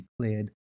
declared